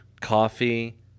coffee